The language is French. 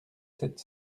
sept